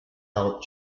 out